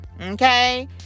okay